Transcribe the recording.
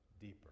deeper